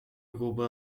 culpa